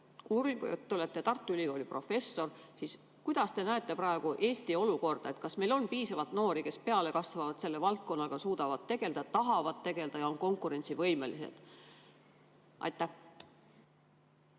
Te olete Tartu Ülikooli professor. Kuidas te näete praegu Eesti olukorda? Kas meil on piisavalt noori, kes peale kasvavad, selle valdkonnaga suudavad tegeleda, tahavad tegeleda ja on konkurentsivõimelised? Aitäh!